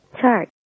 chart